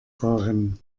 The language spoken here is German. fahren